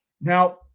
Now